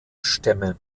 stämme